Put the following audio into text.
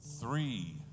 three